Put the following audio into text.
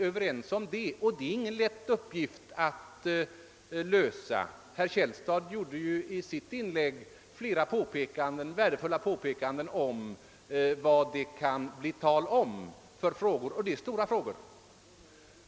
Herr Källstad gjorde i sitt inlägg flera värdefulla påpekanden om vilka frågor det kan bli tal om. Och det är stora frågor.